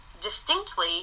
distinctly